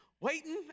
waiting